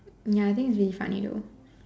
ya I think it's really funny though